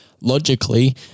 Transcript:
logically